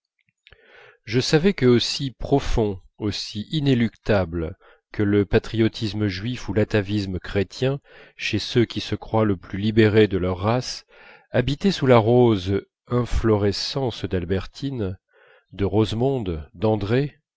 je savais que aussi profond aussi inéluctable que le patriotisme juif ou l'atavisme chrétien chez ceux qui se croient les plus libérés de leur race habitait sous la rose inflorescence d'albertine de rosemonde d'andrée